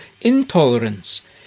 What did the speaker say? intolerance